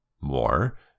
more